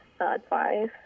advice